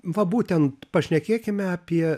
va būtent pašnekėkime apie